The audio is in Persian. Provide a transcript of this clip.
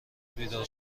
بیدار